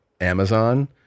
Amazon